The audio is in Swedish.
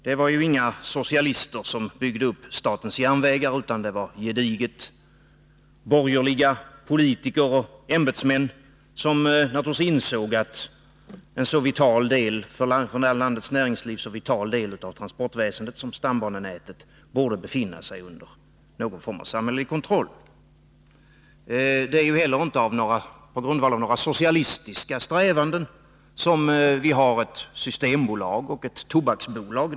Det var ju inga socialister som byggde upp statens järnvägar, utan det var gediget borgerliga politiker och ämbetsmän som naturligtvis insåg att en för landets näringsliv så vital del av transportväsendet som stambanenätet borde befinna sig under någon form av samhällelig kontroll. Det är ju heller inte på grundval av några socialistiska strävanden som vi har ett Systembolag och ett Tobaksbolag.